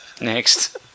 Next